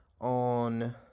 on